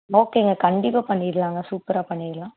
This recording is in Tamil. ஓகேங்க கண்டிப்பாக பண்ணிடலாங்க சூப்பராக பண்ணிடலாம்